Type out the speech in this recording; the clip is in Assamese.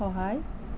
সহায়